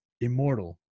immortal